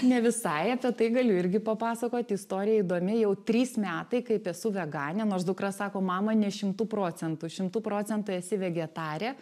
ne visai apie tai galiu irgi papasakot istorija įdomi jau trys metai kaip esu veganė nors dukra sako mama ne šimtu procentų šimtu procentų esi vegetarė